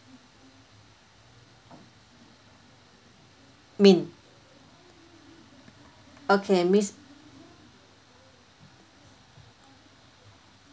min okay miss